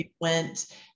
went